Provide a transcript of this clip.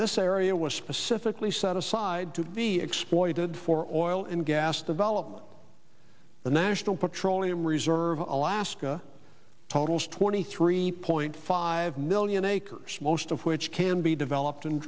this area was specifically set aside to be exploited for oil and gas development the national petroleum reserve alaska totals twenty three point five million acres most of which can be developed and